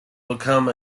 become